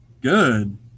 good